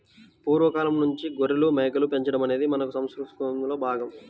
పూర్వ కాలంనుంచే గొర్రెలు, మేకలు పెంచడం అనేది మన సంసృతిలో భాగం